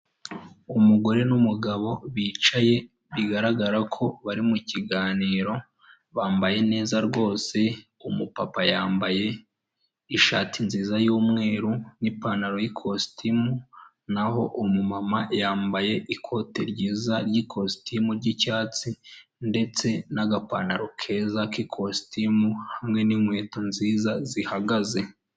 Umugore n'umugabo bicaye bigaragara ko bari mukiganiro, bambaye neza rwose, umupapa yambaye ishati nziza y'umweru n'ipantaro y'ikositimu, naho umumama yambaye ikote ryiza ry'ikositimu ry'icyatsi ndetse n'agapantaro keza k'ikositimu hamwe n'inkweto nziza zihagaze.